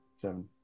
Seven